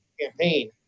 campaign